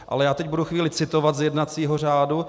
Ale já teď budu chvíli citovat z jednacího řádu.